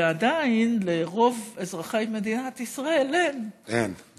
ועדיין, לרוב אזרחי מדינת ישראל אין.